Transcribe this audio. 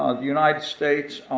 ah the united states,